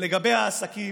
לגבי העסקים,